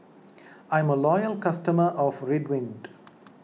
I'm a loyal customer of Ridwind